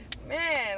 man